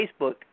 Facebook